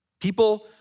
People